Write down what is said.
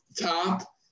top